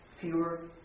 fewer